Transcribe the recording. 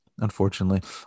Unfortunately